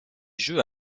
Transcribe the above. jeux